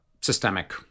systemic